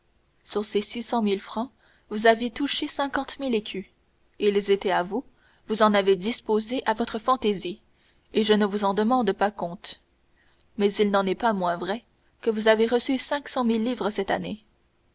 sur ces six cent mille francs vous avez touché cinquante mille écus ils étaient à vous vous en avez disposé à votre fantaisie et je ne vous en demande pas compte mais il n'en est pas moins vrai que vous avez reçu cinq cent mille livres cette année